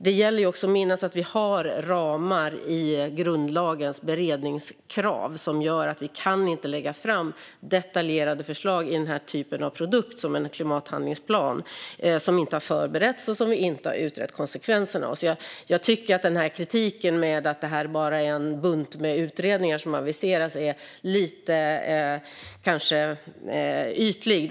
Det gäller också att minnas att vi har ramar i grundlagens beredningskrav. De gör att vi inte kan lägga fram detaljerade förslag i produkter som denna - en klimathandlingsplan - som inte har förberetts och som vi inte har utrett konsekvenserna av. Jag tycker att kritiken att detta bara är en bunt utredningar som aviseras är lite ytlig.